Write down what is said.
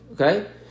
Okay